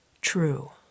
true